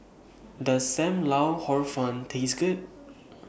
Does SAM Lau Hor Fun Taste Good